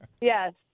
yes